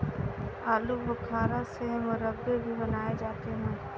आलू बुखारा से मुरब्बे भी बनाए जाते हैं